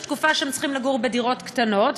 תקופה שהם צריכים לגור בדירות קטנות,